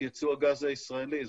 יצוא הגז הישראלי.